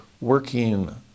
working